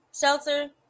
shelter